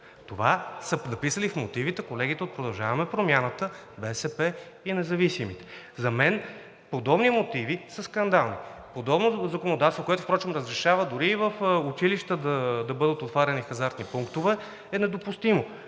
Това са го написали в мотивите колегите от „Продължаваме Промяната“, БСП и независимите. За мен подобни мотиви са скандални. Подобно законодателство, което впрочем разрешава дори и в училища да бъдат отваряни (председателят